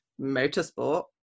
motorsport